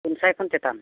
ᱯᱩᱱᱥᱟᱭ ᱠᱷᱚᱱ ᱪᱮᱛᱟᱱ